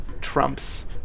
trumps